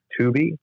Tubi